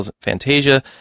Fantasia